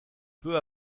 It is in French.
peu